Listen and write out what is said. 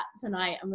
tonight